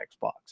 Xbox